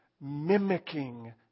mimicking